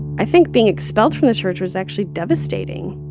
i think being expelled from the church was actually devastating.